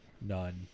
none